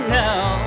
now